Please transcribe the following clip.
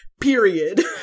period